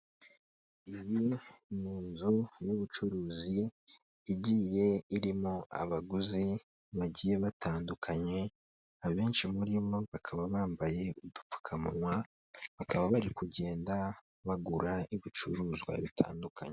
Iyi ni inzu y'ubucuruzi igiye irimo abaguzi bagiye batandukanye abenshi muri bo bakaba bambaye udupfukamunwa bakaba bari kugenda bagura ibicuruzwa bitandukanye.